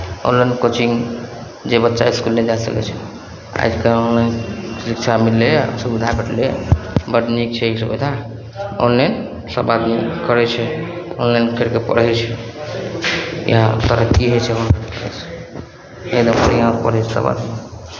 online coaching जे बच्चा इसकुल नहि जा सकै छै आइ काल्हि ऑनलाइन शिक्षा मिललैए सुविधा भेटलैए बड्ड नीक छै ई सुविधा ऑनलाइन सभ आदमी करै छै ऑनलाइन करि कऽ पढ़ै छै इएह तरक्की होइ छै ऑनलाइन पढ़यसँ ताहि लेल बाद यहाँ पढ़ै छै सभ आदमी